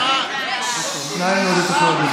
אני מבקש מכל הצדדים לא למחוא כפיים.